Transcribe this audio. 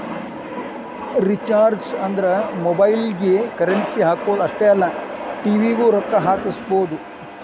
recharges ಅಂದ್ರ ಮೊಬೈಲ್ಗಿ currency ಹಾಕುದ್ ಅಷ್ಟೇ ಅಲ್ಲ ಟಿ.ವಿ ಗೂ ರೊಕ್ಕಾ ಹಾಕಸಬೋದು